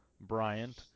Bryant